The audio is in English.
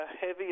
heavy